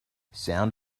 sound